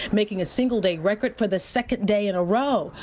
making a single day record for the second day in a row.